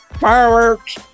fireworks